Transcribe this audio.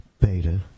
Beta